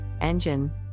engine